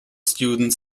student